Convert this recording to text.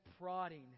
prodding